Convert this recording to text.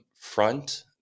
front